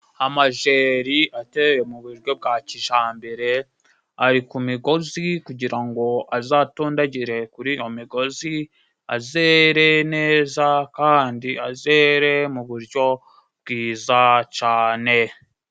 Amajeri ateye mu buryo bwa kijambere ari ku migozi kugira ngo azatondagire kuri iyo migozi azere neza kandi azere mu buryo bwiza cane.